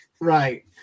Right